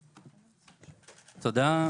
תודה.